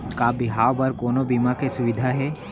का बिहाव बर कोनो बीमा के सुविधा हे?